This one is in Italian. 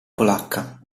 polacca